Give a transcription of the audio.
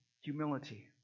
Humility